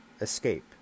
escape